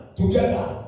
together